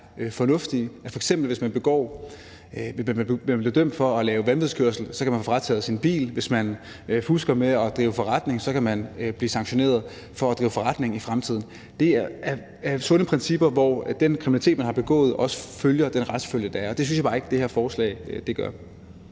fornuftige. Hvis man f.eks. bliver dømt for at køre vanvidskørsel, kan man få frataget sin bil; hvis man fusker med at drive forretning, kan man blive sanktioneret i forhold til at drive forretning i fremtiden. Det er sunde principper, hvor den retsfølge, der er, også følger den kriminalitet, man har begået – og det synes jeg bare ikke det her forslag gør.